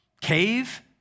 cave